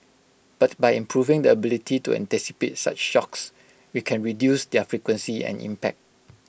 but by improving the ability to anticipate such shocks we can reduce their frequency and impact